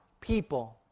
people